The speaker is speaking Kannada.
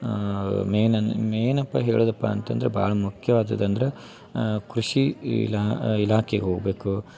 ಮೇನ್ ಅನ್ ಮೇನಪ್ಪ ಹೇಳುದಪ್ಪ ಅಂತಂದ್ರ ಭಾಳ ಮುಖ್ಯವಾದದ್ದು ಅಂದ್ರ ಕೃಷಿ ಇಲಾ ಇಲಾಖೆಗೆ ಹೋಗಬೇಕು